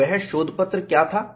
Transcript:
और वह शोधपत्र क्या था